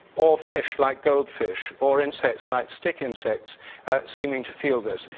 or fish like gold fish or insects like stick insects seeming to feel this.